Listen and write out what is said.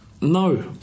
No